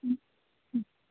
ಹ್ಞೂ ಹ್ಞೂ